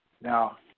Now